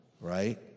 right